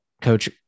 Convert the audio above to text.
coach